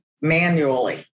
manually